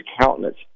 countenance